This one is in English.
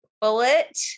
bullet